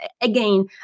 again